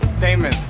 Damon